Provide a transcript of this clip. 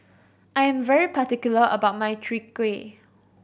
I am very particular about my Chwee Kueh